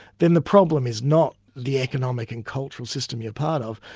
then the problem is not the economic and cultural system you're part of,